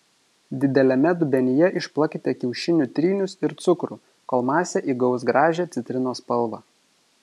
dideliame dubenyje išplakite kiaušinių trynius ir cukrų kol masė įgaus gražią citrinos spalvą